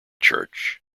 church